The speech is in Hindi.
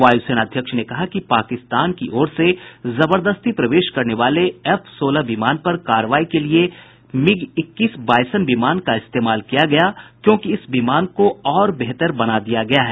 वायुसेनाध्यक्ष ने कहा कि पाकिस्तान की ओर से जबरदस्ती प्रवेश करने वाले एफ सोलह विमान पर कार्रवाई के लिए मिग इक्कीस बाइसन विमान का इस्तेमाल किया गया क्योंकि इस विमान को और बेहतर बना दिया गया है